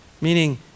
Meaning